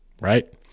right